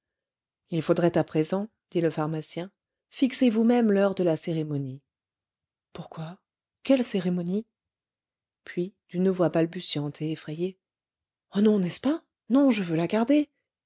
il faudrait à présent dit le pharmacien fixer vous-même l'heure de la cérémonie pourquoi quelle cérémonie puis d'une voix balbutiante et effrayée oh non n'est-ce pas non je veux la garder